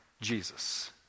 Jesus